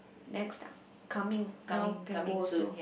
next ah coming now can go also